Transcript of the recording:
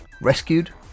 rescued